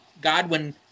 Godwin